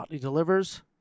delivers